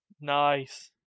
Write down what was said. Nice